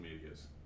medias